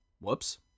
Whoops